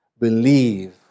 believe